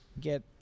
get